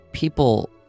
people